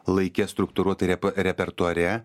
laike struktūruota repa repertuare